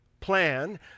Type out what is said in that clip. plan